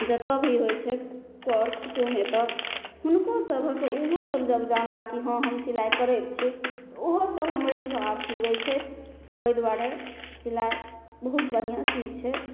जतऽ भी होइ छै कर कुटुम्ब एतऽ हुनकोसभके ओहोसब जब जानलाह कि हँ हम सिलाइ करै छी ओहोसब हमरेसे आब सिबै छथि ओहि दुआरे सिलाइ बहुत बढ़िआँ चीज छै